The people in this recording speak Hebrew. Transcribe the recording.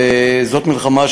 וזאת מלחמה.